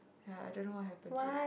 ya I don't know what happen to it